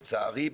לצערי,